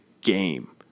game